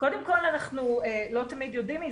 קודם כל אנחנו לא תמיד יודעים מזה.